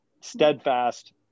steadfast